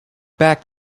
back